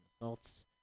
assaults